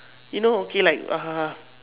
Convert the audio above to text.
you know okay like uh